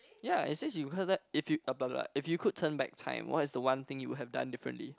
ya is just you heard that if you ah blah blah blah if you could turn back time what is the one thing you would have done differently